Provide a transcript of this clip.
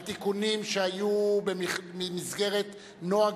על תיקונים שהיו במסגרת נוהג